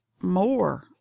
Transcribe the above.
more